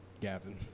Gavin